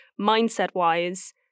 mindset-wise